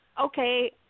Okay